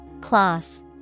Cloth